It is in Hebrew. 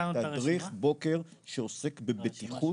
לא, תדריך בוקר שעוסק בבטיחות.